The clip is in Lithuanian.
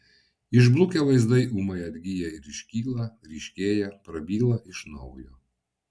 išblukę vaizdai ūmai atgyja ir iškyla ryškėja prabyla iš naujo